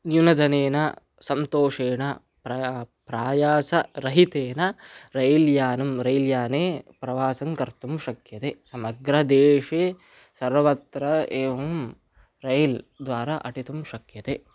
न्यूनधनेन सन्तोषेण प्रया प्रायासरहितेन रैल् यानं रैल् याने प्रवासं कर्तुं शक्यते समग्रदेशे सर्वत्र एवं रैल् द्वारा अटितुं शक्यते